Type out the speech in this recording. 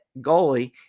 goalie